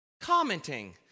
commenting